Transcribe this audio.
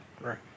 right